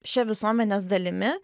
šia visuomenės dalimi